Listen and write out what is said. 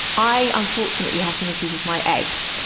i, unfortunately, have some issues with my eggs.